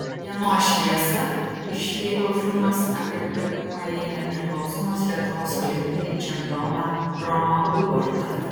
dienos šviesą išvyko filmas apie pirmąjį nepriklausomos lietuvos olimpinį čempioną romą ubartą